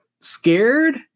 scared